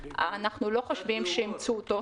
אנחנו לא חושבים שאימצו אותו.